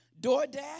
DoorDash